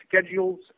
schedules